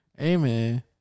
Amen